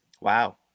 Wow